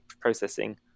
processing